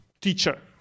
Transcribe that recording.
teacher